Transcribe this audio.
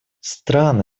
страны